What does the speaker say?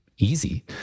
Easy